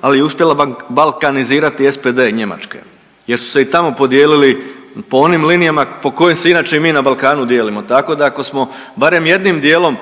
ali je uspjela balkanizirati SDP i Njemačke jer su se i tamo podijelili po onim linijama po kojim se inače i mi na Balkanu dijelimo, tako da ako smo barem jednim dijelom